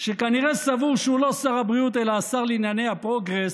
שכנראה סבור שהוא לא שר הבריאות אלא השר לענייני הפרוגרס,